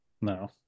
no